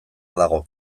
dago